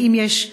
האם יש,